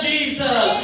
Jesus